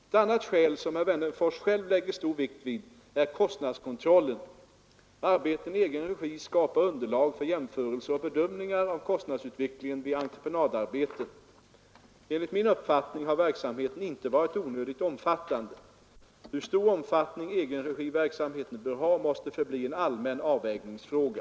Ett annat skäl, som herr Wennerfors själv lägger stor vikt vid, är kostnadskontrollen. Arbeten i egen regi skapar underlag för jämförelser och bedömningar av kostnadsutvecklingen vid entreprenadarbeten. Enligt min uppfattning har verksamheten inte varit onödigt omfattande. Hur stor omfattning egenregiverksamheten bör ha måste förbli en allmän avvägningsfråga.